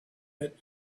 that